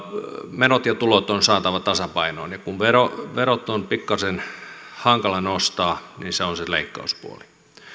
menot ja tulot on saatava tasapainoon ja kun veroja on pikkaisen hankala nostaa niin sitten se on leikkauspuoli